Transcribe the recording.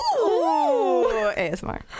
ASMR